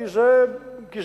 כי זה ביטחון.